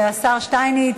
השר שטייניץ.